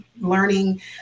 learning